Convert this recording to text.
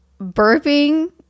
burping